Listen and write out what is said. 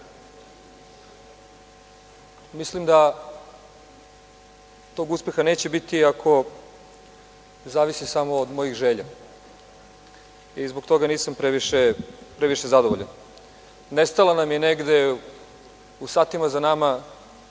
Mislim da tog uspeha neće biti ako zavisi samo od mojih želja i zbog toga nisam previše zadovoljan. Nestala nam je negde u satima za nama